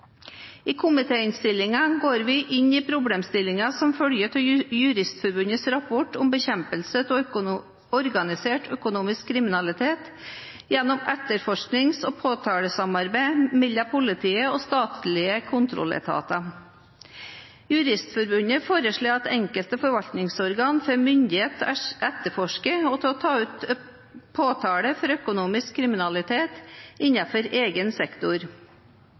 I komitéinnstillingen går vi inn i problemstillingen som følger av Juristforbundets rapport om bekjempelse av organisert økonomisk kriminalitet gjennom etterforsknings- og påtalesamarbeid mellom politiet og statlige kontrolletater. Juristforbundet foreslår at enkelte forvaltningsorgan får myndighet til å etterforske og ta ut påtale for økonomisk kriminalitet innenfor egen sektor.